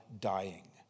dying